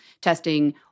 testing